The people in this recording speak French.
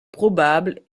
probables